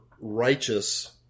righteous